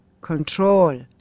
control